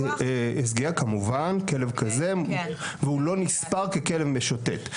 הסגר כמובן והוא לא נספר ככלב משוטט.